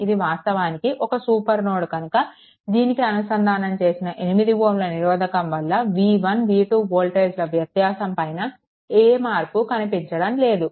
ఇది వాస్తవానికి ఒక సూపర్ నోడ్ కనుక దీనికి అనుసంధానం చేసిన 8 Ωల నిరోధకం వల్ల v1 v2 వోల్టేజ్ ల వ్యత్యాసం పైన ఏ మార్పు కనిపించడం లేదు